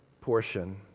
portion